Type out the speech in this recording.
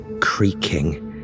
creaking